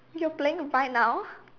you're playing right now